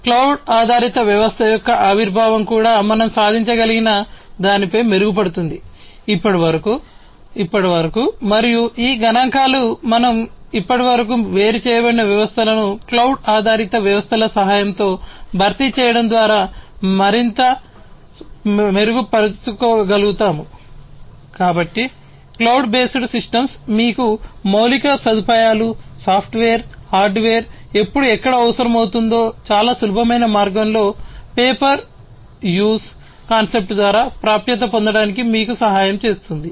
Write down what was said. cloud ఆధారిత వ్యవస్థ యొక్క ఆవిర్భావం కాన్సెప్ట్ ద్వారా ప్రాప్యత పొందడానికి మీకు సహాయం చేస్తుంది